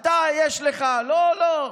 אומר משהו שלילי, לא, לא,